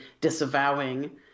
disavowing